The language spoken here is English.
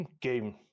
game